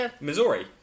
Missouri